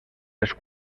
les